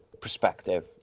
perspective